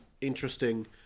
interesting